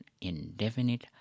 indefinite